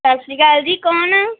ਸਤਿ ਸ਼੍ਰੀ ਅਕਾਲ ਜੀ ਕੌਣ